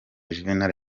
juvénal